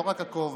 לא רק הכובע.